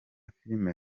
filime